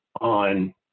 on